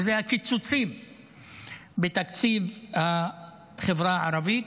וזה הקיצוצים בתקציב החברה הערבית.